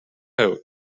coat